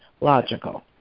logical